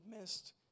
missed